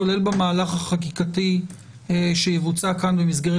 כולל במהלך החקיקתי שיבוצע כאן במסגרת